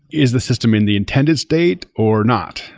is the system in the intended state or not?